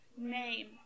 name